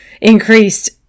increased